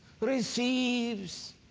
receives